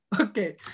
okay